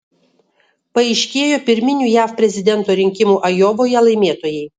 paaiškėjo pirminių jav prezidento rinkimų ajovoje laimėtojai